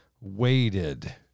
waited